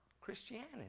Christianity